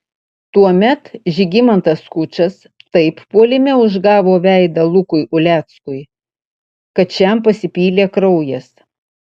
tuomet žygimantas skučas taip puolime užgavo veidą lukui uleckui kad šiam pasipylė kraujas